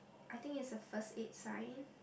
I think is the first aid sign